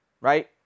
right